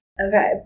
Okay